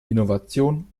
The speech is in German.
innovation